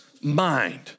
mind